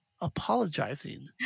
apologizing